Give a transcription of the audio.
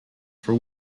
for